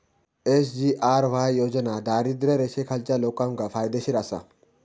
SGRY योजना दारिद्र्य रेषेखालच्या लोकांका फायदेशीर आसा